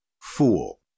Fool